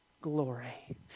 glory